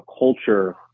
culture